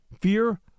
fear